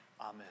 Amen